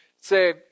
say